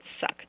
suck